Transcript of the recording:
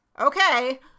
Okay